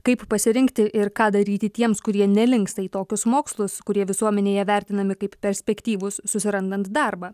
kaip pasirinkti ir ką daryti tiems kurie nelinksta į tokius mokslus kurie visuomenėje vertinami kaip perspektyvūs susirandant darbą